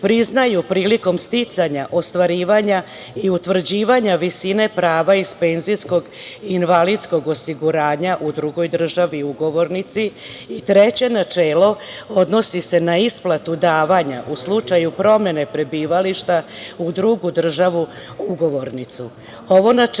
priznaju prilikom sticanja ostvarivanja i utvrđivanja visine prava iz penzijskog i invalidskog osiguranja u drugoj državi ugovornici. Treće načelo odnosi se na isplatu davanja u slučaju promene prebivališta u drugu državu ugovornicu.